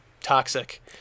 toxic